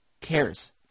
Cares